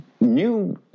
new